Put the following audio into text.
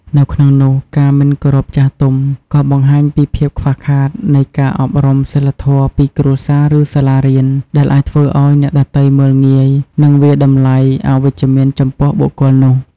នៅក្នុងនោះ ការមិនគោរពចាស់ទុំ ក៏បង្ហាញពីភាពខ្វះខាតនៃការអប់រំសីលធម៌ពីគ្រួសារ ឬសាលារៀន ដែលអាចធ្វើឲ្យអ្នកដទៃមើលងាយ និងវាយតម្លៃអវិជ្ជមានចំពោះបុគ្គលនោះ។